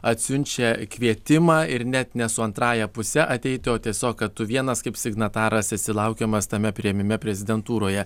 atsiunčia kvietimą ir net ne su antrąja puse ateiti o tiesiog kad tu vienas kaip signataras esi laukiamas tame priėmime prezidentūroje